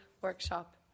workshop